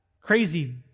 Crazy